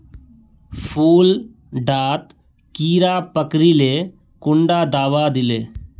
फुल डात कीड़ा पकरिले कुंडा दाबा दीले?